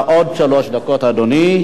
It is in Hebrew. תודה לך, אדוני היושב-ראש.